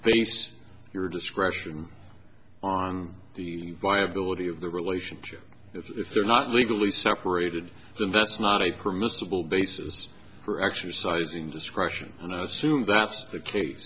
base your discretion on the viability of the relationship if they're not legally separated the first not a permissible basis for exercising discretion and assume that's the case